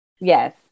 yes